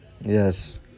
yes